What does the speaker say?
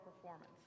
performance